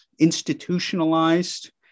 Institutionalized